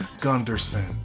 gunderson